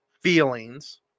feelings